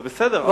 זה בסדר,